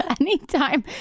anytime